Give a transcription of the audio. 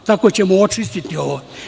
Tako ćemo očistiti ovo.